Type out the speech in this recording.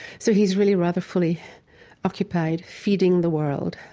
so he's really rather fully occupied feeding the world.